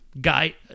guy